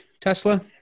tesla